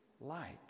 light